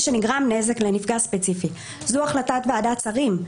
שנגרם נזק לנפגע ספציפי." זו החלטת ועדת שרים.